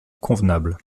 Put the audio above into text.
convenable